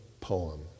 poem